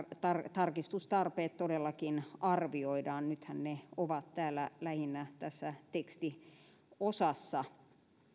tarkistustarpeet todellakin arvioidaan nythän ne ovat lähinnä tässä tekstiosassa